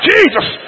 Jesus